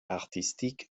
artistiques